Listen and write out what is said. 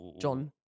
John